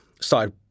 started